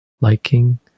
liking